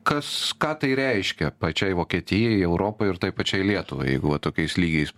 kas ką tai reiškia pačiai vokietijai europai ir tai pačiai lietuvai jeigu va tokiais lygiais